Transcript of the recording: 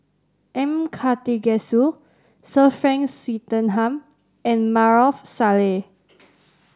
M Karthigesu Sir Frank Swettenham and Maarof Salleh